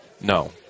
No